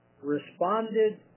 responded